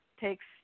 takes